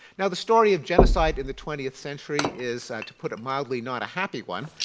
now the story of genocide in the twentieth century is to put it mildly not a happy one.